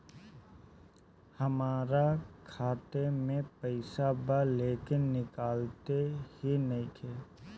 हमार खाता मे पईसा बा लेकिन निकालते ही नईखे?